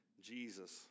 Jesus